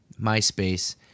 MySpace